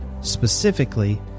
Specifically